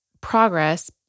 progress